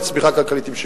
לצמיחה כלכלית עם שוויון.